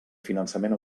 finançament